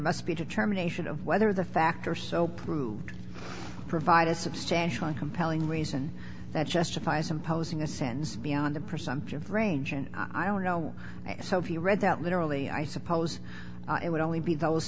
must be determination of whether the factor so proved provide a substantial and compelling reason that justifies imposing a sense beyond the presumptive range and i don't know so if you read that literally i suppose it would only be those